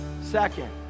Second